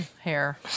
hair